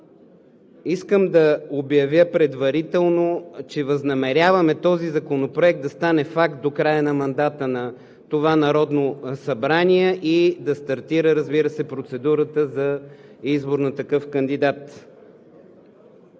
искам да обявя предварително, че възнамеряваме този законопроект да стане факт до края на мандата на това Народно събрание и да стартира, разбира се, процедурата за избор на такъв кандидат.